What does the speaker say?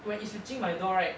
where it's reaching my door right